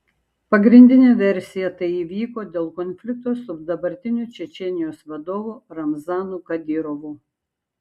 pagrindinė versija tai įvyko dėl konflikto su dabartiniu čečėnijos vadovu ramzanu kadyrovu